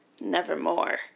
Nevermore